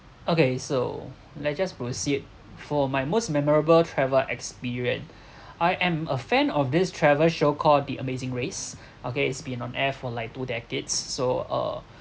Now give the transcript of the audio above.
okay so let's just proceed for my most memorable travel experience I am a fan of this travel show called the amazing race okay it's been on air for like two decades so uh